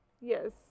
Yes